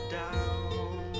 down